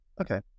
Okay